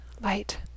light